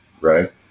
right